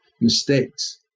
mistakes